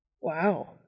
Wow